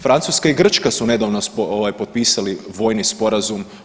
Francuska i Grčka su nedavno potpisali vojni sporazum.